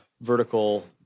vertical